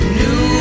new